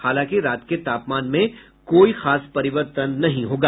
हालांकि रात के तापमान में कोई खास परिवर्तन नहीं होगा